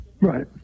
Right